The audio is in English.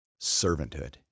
servanthood